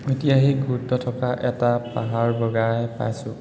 ঐতিহাসিক গুৰুত্ব থকা এটা পাহাৰ বগাই পাইছোঁ